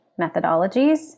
methodologies